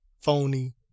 phony